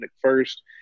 first